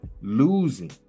losing